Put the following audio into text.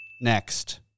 Next